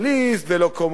ולא קומוניסט,